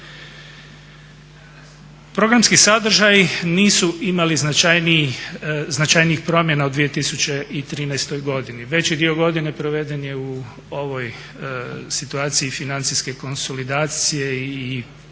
Programski sadržaji nisu imali značajnijih promjena z 2013. godini. Veći dio godine proveden je u ovoj situaciji financijske konsolidacije i organizacijskog